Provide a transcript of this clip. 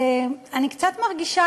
אני קצת מרגישה,